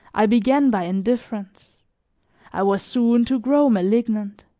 i began by indifference i was soon to grow malignant.